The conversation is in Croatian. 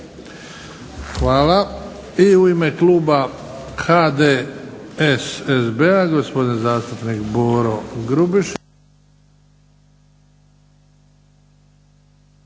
Hvala. I u ime kluba HDSSB-a, gospodin zastupnik Boro Grubišić.